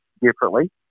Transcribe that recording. differently